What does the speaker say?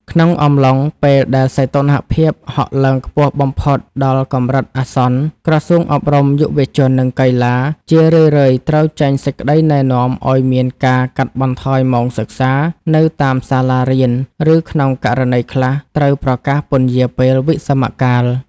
ក្នុងអំឡុងពេលដែលសីតុណ្ហភាពហក់ឡើងខ្ពស់បំផុតដល់កម្រិតអាសន្ន ក្រសួងអប់រំ យុវជន និងកីឡា ជារឿយៗត្រូវចេញសេចក្តីណែនាំឱ្យមានការកាត់បន្ថយម៉ោងសិក្សានៅតាមសាលារៀន ឬក្នុងករណីខ្លះត្រូវប្រកាសពន្យារពេលវិស្សមកាល។